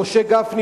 משה גפני,